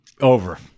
over